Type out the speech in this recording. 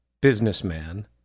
businessman